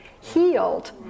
healed